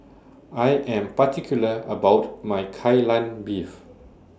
I Am particular about My Kai Lan Beef